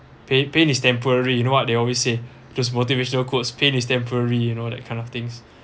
pain pain is temporary you know what they always say just motivational quotes pain is temporary you know that kind of things